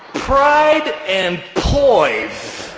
pride and poise